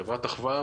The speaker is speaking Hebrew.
חברת אחווה.